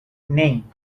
name